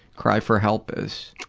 cry for help, is.